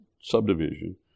subdivision